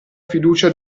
fiducia